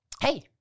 Hey